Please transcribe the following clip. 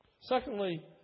Secondly